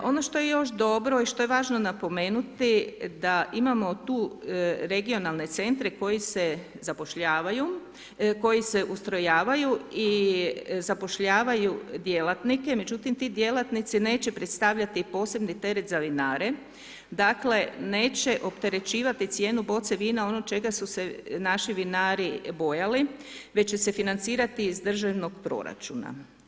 Ono što je još dobro i što je važno napomenuti da imamo tu regionalne centre koji se zapošljavaju, koji se ustrojavaju i zapošljavaju djelatnike, međutim ti djelatnici neće predstavljati posebni teret za vinare, dakle neće opterećivati cijenu boce vina ono čega su se naši vinari bojali već će se financirati iz državnog proračuna.